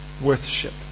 Worship